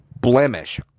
blemish